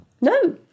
No